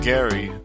Gary